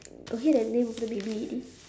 got hear the name of the baby already